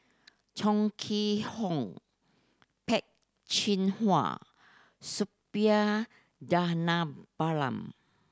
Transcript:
Chong Kee Hiong Peh Chin Hua Suppiah Dhanabalan